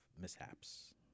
mishaps